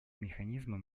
механизмы